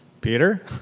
Peter